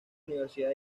universidad